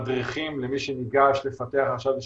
מדריכים למי שניגש לפתח עכשיו איזה